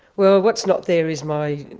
well, what's not there is my